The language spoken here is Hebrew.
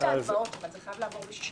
זה חייב לעבור ב-61